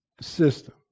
system